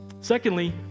Secondly